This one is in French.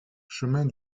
chemin